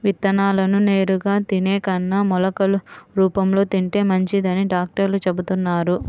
విత్తనాలను నేరుగా తినే కన్నా మొలకలు రూపంలో తింటే మంచిదని డాక్టర్లు చెబుతున్నారు